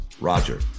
Roger